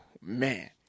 man